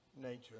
nature